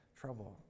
trouble